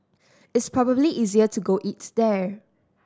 it's probably easier to go eat there